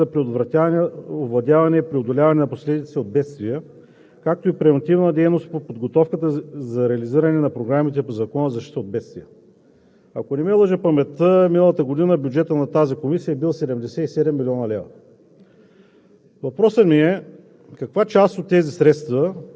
покрива непредвидени или неотложни разходи в частта за предотвратяване, овладяване и преодоляване на последиците от бедствия, както и превантивна дейност по подготовката за реализиране на програмите по Закона за защита от бедствия. Ако не ме лъже паметта, миналата година бюджетът на тази комисия е бил 77 млн. лв.